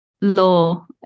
law